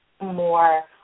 more